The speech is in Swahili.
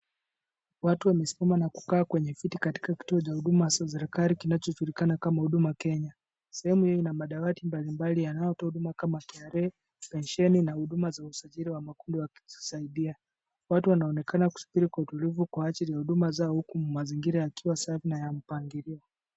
Watu wamesimama na kukaa kwenye viti katika kituo cha huduma cha serikali kinachojulikana kama Huduma Kenya. Sehemu hiyo ina madawati mbalimbali yanayotoa huduma kama KRA, pensheni na huduma za usajili wa makundi wa kujisaidia. Watu wanaonekana kusubiri kwa utulivu kwa ajili ya huduma zao huku mazingira yakiwa safi na ya mpangilio.